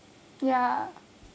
ya